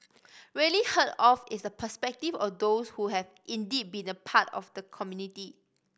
rarely heard of is the perspective of those who have indeed been a part of the community